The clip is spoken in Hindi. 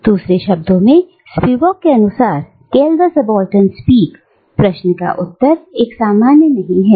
दूसरे शब्दों में स्पिवाक के अनुसार कैन द सबाल्टर्न स्पीक प्रश्न का उत्तर एक असमानता नहीं है